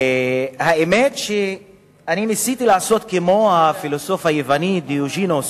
האמת שניסיתי לעשות כמו הפילוסוף היווני דיוגנס,